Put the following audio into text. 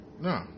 No